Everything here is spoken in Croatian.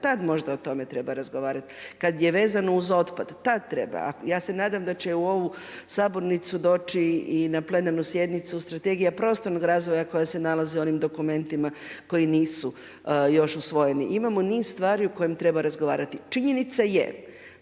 tad možda o tome treba razgovarati, kada je vezano uz otpad tad treba. Ja se nadam da će u ovu sabornicu doći i na plenarnu sjednicu Strategija prostornog razvoja koja se nalazi u onim dokumentima koji nisu još usvojeni. Imamo niz stvari o kojima treba razgovarati. Činjenica je